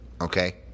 okay